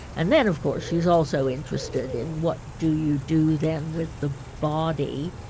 and then, of course, she's also interested in. what do you do then with the body?